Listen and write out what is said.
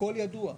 הכול ידוע.